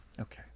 okay